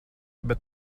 bet